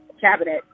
cabinet